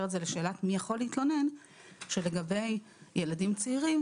את זה לשאלה מי יכול להתלונן - שלגבי ילדים צעירים,